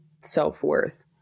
self-worth